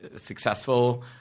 successful